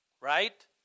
right